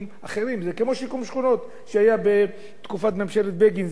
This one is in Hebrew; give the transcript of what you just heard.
זה כמו שיקום שכונות שהיה בתקופת ממשלת בגין,